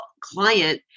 client